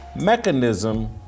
mechanism